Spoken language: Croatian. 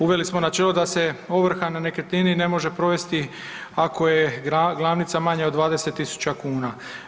Uveli smo načelo da se ovrha na nekretnini ne može provesti ako je glavnica manja od 20.000 kuna.